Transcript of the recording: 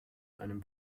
einem